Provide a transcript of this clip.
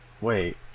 Wait